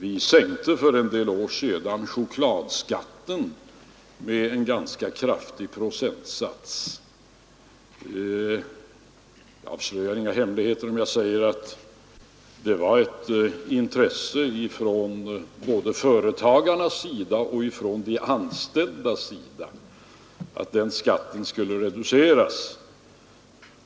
Vi sänkte för en del år sedan chokladskatten med en ganska kraftig procentsats. Jag avslöjar inga hemligheter, om jag säger att det var ett intresse från både företagarna och de anställda att denna skatt skulle reduceras.